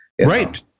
Right